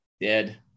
Dead